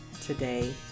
today